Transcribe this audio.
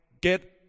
get